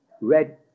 red